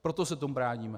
Proto se tomu bráníme.